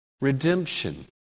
Redemption